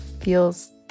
feels